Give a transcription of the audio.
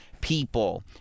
people